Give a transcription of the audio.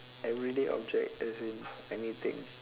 everyday object as in anything